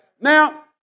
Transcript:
now